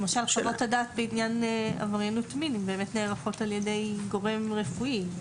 למשל חוות הדעת בעניין עבריינות מין באמת נערכות על ידי גורם רפואי.